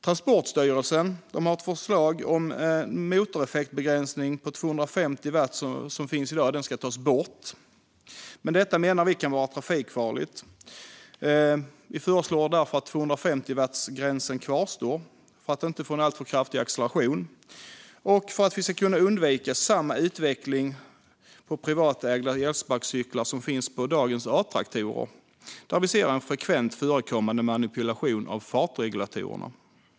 Transportstyrelsen föreslår att den motoreffektsbegränsning på 250 watt som finns i dag ska tas bort, men detta menar vi kan vara trafikfarligt. Vi föreslår därför att 250-wattsgränsen kvarstår, detta för att elsparkcyklarna inte ska få en alltför kraftig acceleration och för att vi ska kunna undvika samma utveckling på privatägda elsparkcyklar som på dagens Atraktorer, där vi ser en frekvent förekommande manipulation av fartregulatorerna.